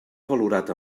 valorat